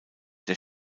der